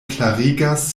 klarigas